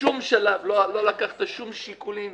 בשום שלב לא לקחת שום שיקולים